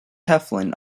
heflin